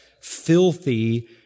filthy